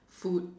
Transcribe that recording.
food